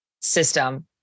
system